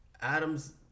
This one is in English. Adams